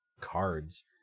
cards